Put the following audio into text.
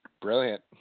Brilliant